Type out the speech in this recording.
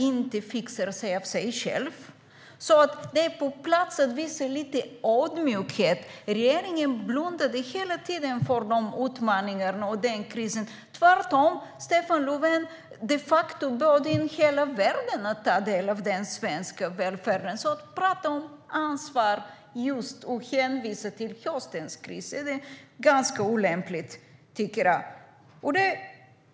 inte fixar sig av sig självt." Det är alltså på sin plats att visa lite ödmjukhet. Regeringen blundade hela tiden för utmaningarna och krisen. Stefan Löfven bjöd de facto in hela världen att ta del av den svenska välfärden. Att prata om ansvar och hänvisa till höstens kris är ganska olämpligt, tycker jag.